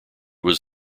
was